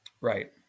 Right